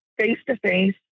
face-to-face